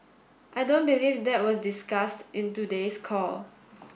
I don't believe that was discussed in today's call